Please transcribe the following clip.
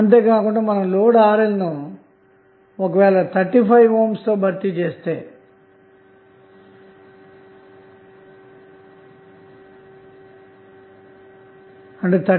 అలాగే RL ను 36 ohm తో భర్తీ చేస్తే IL0